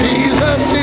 Jesus